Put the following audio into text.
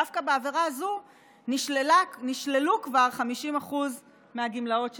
דווקא בעבירה הזו נשללו כבר 50% מהגמלאות שציינת,